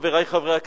חברי חברי הכנסת,